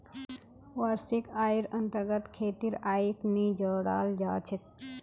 वार्षिक आइर अन्तर्गत खेतीर आइक नी जोडाल जा छेक